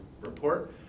report